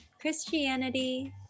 Christianity